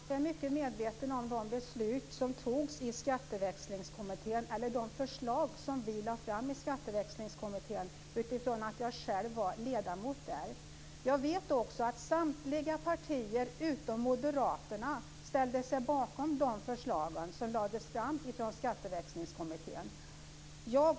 Herr talman! Jag är mycket medveten om de förslag som Skatteväxlingskommittén lade fram, eftersom jag själv var ledamot där. Jag vet också att samtliga partier utom moderaterna ställde sig bakom Skatteväxlingskommitténs förslag.